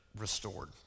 restored